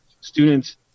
students